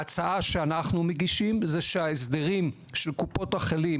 ההצעה שאנחנו מגישים היא שההסדרים של קופות החולים,